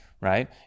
right